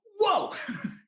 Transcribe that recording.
whoa